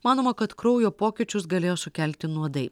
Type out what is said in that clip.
manoma kad kraujo pokyčius galėjo sukelti nuodai